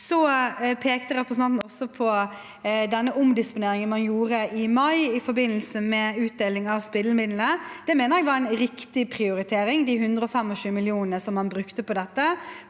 landet. Representanten pekte også på den omdisponeringen man gjorde i mai, i forbindelse med utdeling av spillmidlene. Det mener jeg var en riktig prioritering, de 125 mill. kr man brukte på dette,